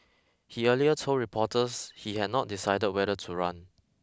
he earlier told reporters he had not decided whether to run